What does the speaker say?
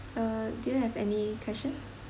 uh do you have any question